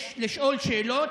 יש לשאול שאלות.